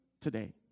today